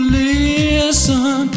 listen